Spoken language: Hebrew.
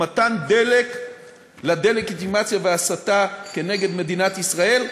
דלק לדה-לגיטימציה וההסתה כנגד מדינת ישראל,